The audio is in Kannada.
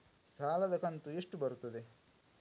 ಸಾಲದ ಕಂತು ಎಷ್ಟು ಬರುತ್ತದೆ?